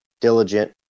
diligent